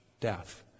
death